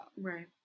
right